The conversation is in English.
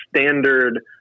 standard